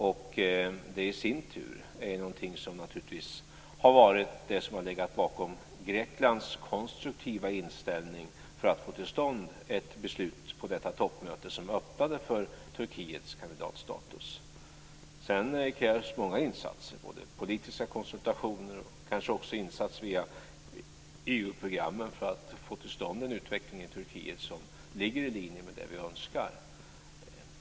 Det är i sin tur något som har legat bakom Greklands konstruktiva inställning för att få till stånd ett beslut på detta toppmöte som öppnade för Turkiets kandidatstatus. Sedan krävs många insatser, t.ex. politiska konsultationer och kanske också insatser via EU programmen, för att få till stånd en utveckling i Turkiet som ligger i linje med det vi önskar.